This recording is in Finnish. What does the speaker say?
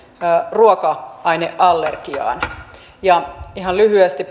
ruoka aineallergiaan ja ihan lyhyesti